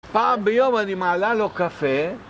פעם ביום אני מעלה לו קפה